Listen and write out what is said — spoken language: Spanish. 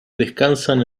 descansan